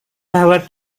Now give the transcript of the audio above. bahwa